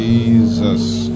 Jesus